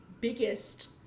biggest